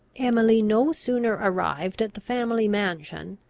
emily no sooner arrived at the family mansion,